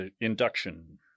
induction